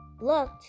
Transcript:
looked